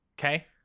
Okay